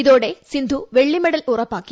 ഇതോടെ സിന്ധു വെള്ളി മെഡൽ ഉറപ്പാക്കി